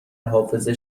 حافظه